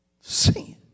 sin